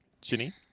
Jenny